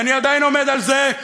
ואני עדיין עומד על זה,